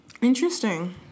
Interesting